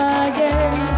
again